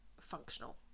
functional